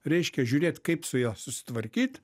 reiškia žiūrėt kaip su ja susitvarkyt